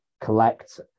collect